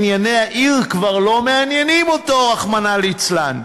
ענייני העיר כבר לא מעניינים אותו, רחמנא ליצלן.